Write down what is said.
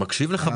מקשיב לך.